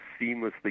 seamlessly